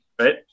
Right